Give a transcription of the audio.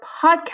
podcast